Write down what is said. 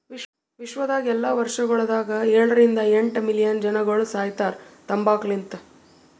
ವಿಶ್ವದಾಗ್ ಎಲ್ಲಾ ವರ್ಷಗೊಳದಾಗ ಏಳ ರಿಂದ ಎಂಟ್ ಮಿಲಿಯನ್ ಜನಗೊಳ್ ಸಾಯಿತಾರ್ ತಂಬಾಕು ಲಿಂತ್